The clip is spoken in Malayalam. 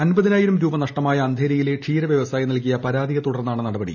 അൻപതിനായിരം രൂപ നഷ്ടമായ അന്ധേരിയിലെ ക്ഷീരവ്യവസായി നൽകിയ പരാതിയെ തുടർന്നാണ് നടപടി